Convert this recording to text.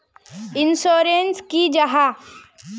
Insurance की जाहा?